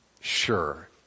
sure